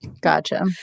Gotcha